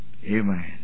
Amen